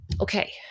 okay